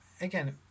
Again